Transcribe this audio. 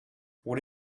what